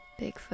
Bigfoot